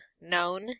known